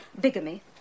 bigamy